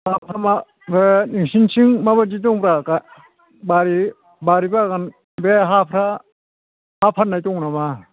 हाफोरा मा नोंसोरनिथिं माबायदि दंब्रा दा बारि बागान बे हाफोरा हा फाननाय दं नामा